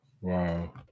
Wow